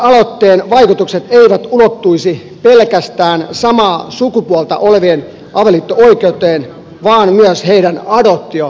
kansalaisaloitteen vaikutukset eivät ulottuisi pelkästään samaa sukupuolta olevien avioliitto oikeuteen vaan myös heidän adoptio oikeuteensa